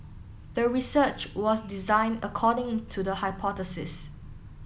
the research was designed according to the hypothesis